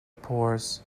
pours